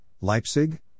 Leipzig